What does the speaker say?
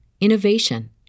innovation